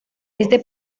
este